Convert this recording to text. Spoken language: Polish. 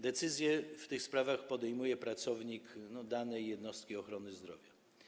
Decyzje w tych sprawach podejmuje pracownik danej jednostki ochrony zdrowia.